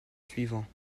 suivants